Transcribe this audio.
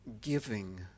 giving